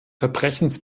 verbrechens